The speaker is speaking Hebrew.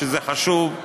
וזה חשוב,